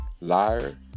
Liar